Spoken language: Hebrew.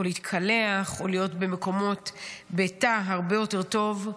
להתקלח או להיות בתא הרבה יותר טוב?